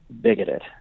bigoted